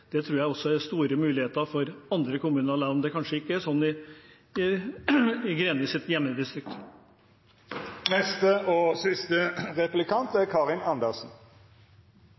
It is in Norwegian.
Det tror jeg det også er store muligheter for andre kommuner til å gjøre, selv om det kanskje ikke er slik i representanten Grenis hjemdistrikt. Det er